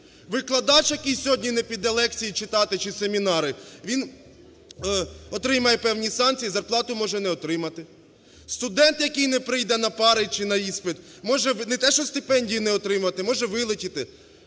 Викладач, який сьогодні не піде лекції читати чи семінари, він отримає певні санкції, зарплату може не отримати. Студент, який не прийде на пари чи на іспит, може не те що стипендії не отримати, може вилетіти.